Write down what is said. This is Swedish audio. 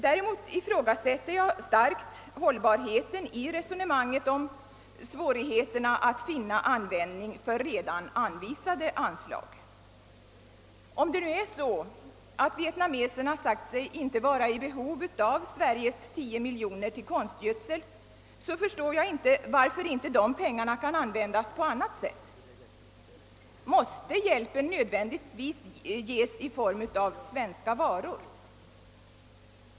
Däremot ifrågasätter jag starkt hållbarheten i resonemanget om svårigheterna att finna användning för redan anvisade anslag. Om nu vietnameserna har sagt sig inte vara i behov av Sveriges 10 miljoner till konstgödsel, förstår jag inte varför inte de pengarna kan användas på annat sätt. Måste hjälpen nödvändigtvis ges i form av svenska varor?